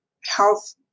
health